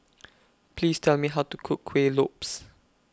Please Tell Me How to Cook Kueh Lopes